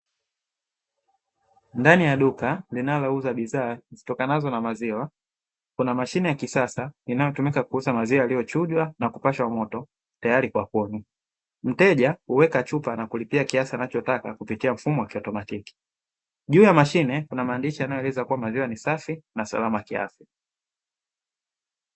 Ndani ya duka linalouza bidhaa zitokanazo na maziwa, kuna mashine ya kisasa inayotumika kuuza maziwa yaliyochujwa na kupashwa moto tayari kwa kunywa. Mteja huweka chupa na kulipia kiasi anachotaka kupitia mfumo wa kiautomatiki. Juu ya mashine kuna maandishi yanayoeleza kuwa maziwa ni safi na salama kiafya.